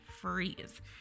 freeze